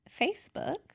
Facebook